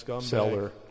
Seller